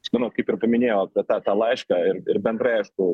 aš manau kaip ir paminėjo tą tą laišką ir ir bendrai aišku